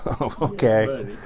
Okay